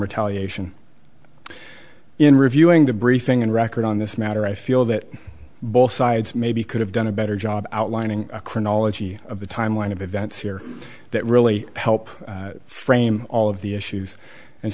retaliation in reviewing the briefing and record on this matter i feel that both sides maybe could have done a better job outlining a chronology of the timeline of events here that really help frame all of the issues and